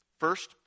First